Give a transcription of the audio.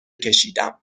کشیدم